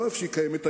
לא איפה שהוא היום.